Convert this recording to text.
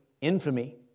infamy